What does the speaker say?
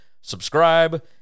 subscribe